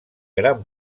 gran